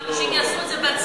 ושאנשים יעשו את זה בעצמם,